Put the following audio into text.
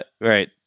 right